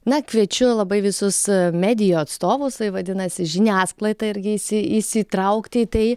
na kviečiu labai visus medijų atstovus e vadinasi žiniasklaidą irgi įsi įsitraukti į tai